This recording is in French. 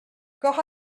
corps